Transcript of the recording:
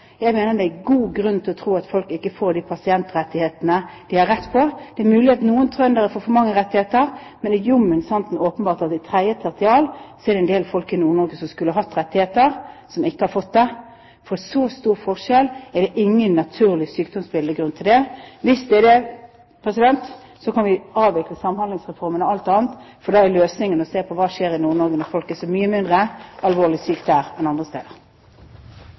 Jeg mener det er god grunn til å tro at folk ikke får de pasientrettighetene de har krav på. Det er mulig at noen trøndere får for mange rettigheter, men det er min santen åpenbart at i 3. tertial er det en del folk i Nord-Norge som skulle hatt rettigheter som de ikke har fått, for så stor forskjell har ingen naturlig sykdomsbildeforklaring. Hvis det er slik, kan vi avvikle Samhandlingsreformen og alt annet, for da er løsningen å se på hva som skjer i Nord-Norge når folk er så mye mindre alvorlig syke der enn andre steder.